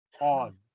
on